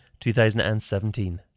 2017